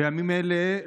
בימים אלה,